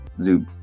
Zoo